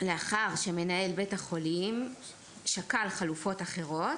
לאחר שמנהל בית החולים שקל חלופות אחרות,